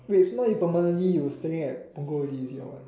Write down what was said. wait so now you permanently you staying at Punggol already or what